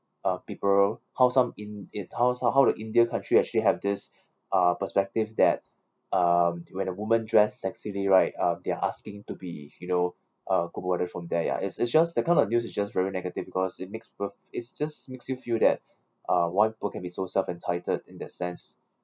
uh people how some in~ in~ how some how the india country actually have this uh perspective that uh when a woman dress sexily right uh they're asking to be you know uh go on from there ya it's it's just that kind of news is just very negative because it makes people it's just makes you feel that uh why people can be so self-entitled in that sense